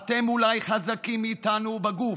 אתם אולי חזקים מאיתנו בגוף,